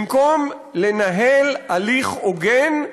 במקום לנהל הליך הוגן,